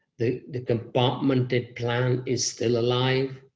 the the compartmented plan is still alive,